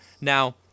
now